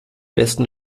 besten